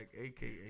aka